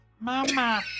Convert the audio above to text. Mama